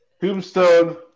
Tombstone